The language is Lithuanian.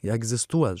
jie egzistuos